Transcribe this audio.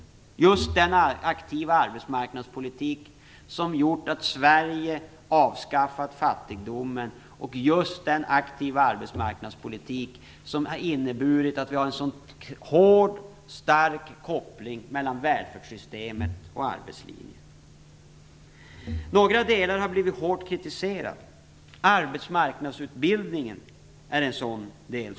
Det gäller då den aktiva arbetsmarknadspolitik som har gjort att Sverige avskaffat fattigdomen och som har inneburit just att vi har en mycket hård och stark koppling mellan välfärdssystemet och arbetslinjen. Några delar har blivit hårt kritiserade. Arbetsmarknadsutbildningen är en sådan del.